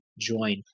join